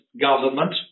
government